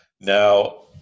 Now